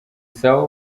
sawa